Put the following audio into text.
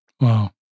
Wow